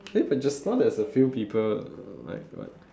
eh but just now there's a few people like like